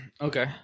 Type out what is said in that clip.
Okay